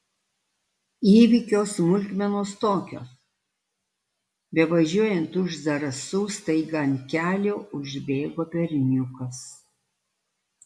įvykio smulkmenos tokios bevažiuojant už zarasų staiga ant kelio užbėgo berniukas